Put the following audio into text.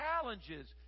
challenges